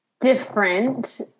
different